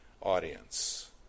audience